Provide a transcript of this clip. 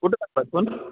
कुठं लागलाय फोन